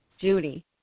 Judy